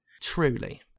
Truly